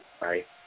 Right